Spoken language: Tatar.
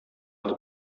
дип